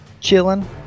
chilling